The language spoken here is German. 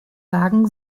sagen